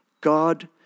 God